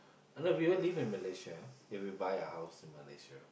a lot of people live in Malaysia if we buy a house in Malaysia